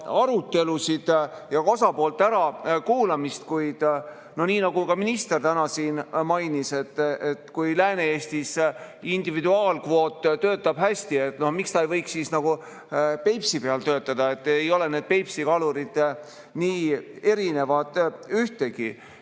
arutelusid ja ka osapoolte ärakuulamist, kuid nii nagu ministergi täna siin mainis, et kui Lääne-Eestis individuaalkvoot töötab hästi, no miks ta ei võiks siis Peipsi peal töötada, ei ole need Peipsi kalurid nii erinevad ühtegi.